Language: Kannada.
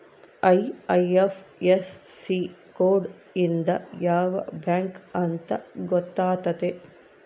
ಐ.ಐಫ್.ಎಸ್.ಸಿ ಕೋಡ್ ಇಂದ ಯಾವ ಬ್ಯಾಂಕ್ ಅಂತ ಗೊತ್ತಾತತೆ